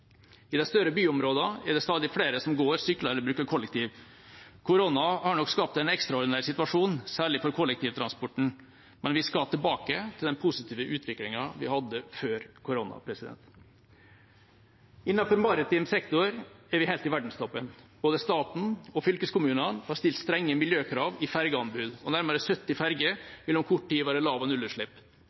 I de større byområdene er det stadig flere som går, sykler eller bruker kollektivtransport. Korona har nok skapt en ekstraordinær situasjon, særlig for kollektivtransporten, men vi skal tilbake til den positive utviklingen vi hadde før koronaen. Innenfor maritim sektor er vi helt i verdenstoppen. Både staten og fylkeskommunene har stilt strenge miljøkrav i fergeanbud, og nærmere 70 ferger vil om kort tid være